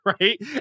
right